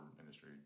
industry